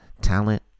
talent